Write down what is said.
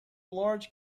large